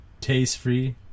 taste-free